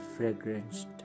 fragranced